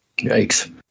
Yikes